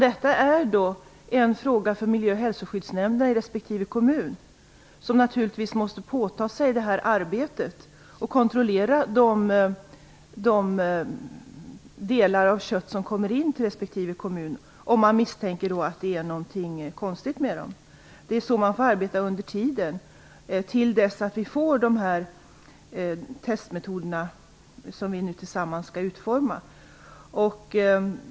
Detta är en fråga för miljö och hälsoskyddsnämnden i respektive kommun, som naturligtvis måste påta sig detta arbete och kontrollera kött som kommer in till kommunen, om man misstänker att det är någonting konstigt med det. Det är så man får arbeta under tiden, till dess att vi får de testmetoder som vi nu tillsammans skall utforma.